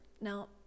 now